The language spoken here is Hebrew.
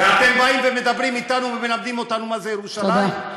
ואתם באים ומדברים אתנו ומלמדים אותנו מה זה ירושלים?